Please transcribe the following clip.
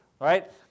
right